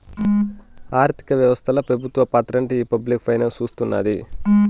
ఆర్థిక వ్యవస్తల పెబుత్వ పాత్రేంటో ఈ పబ్లిక్ ఫైనాన్స్ సూస్తున్నాది